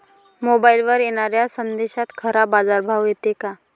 मोबाईलवर येनाऱ्या संदेशात खरा बाजारभाव येते का?